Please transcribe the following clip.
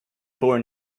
born